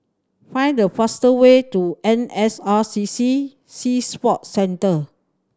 find the fastest way to N S R C C Sea Sports Centre